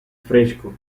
fresco